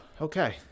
okay